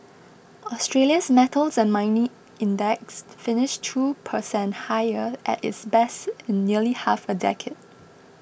Australia's metals and mining index finished two per cent higher at its best in nearly half a decade